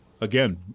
again